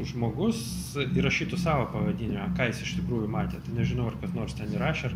žmogus įrašytų savo pavadinimą ką jis iš tikrųjų matė tai nežinau ar kas nors ten įrašė ar